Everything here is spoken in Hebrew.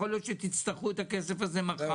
יכול להיות שתצטרכו את הכסף הזה מחר.